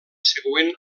següent